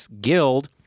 guild